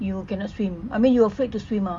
you cannot swim I mean you are afraid to swim ah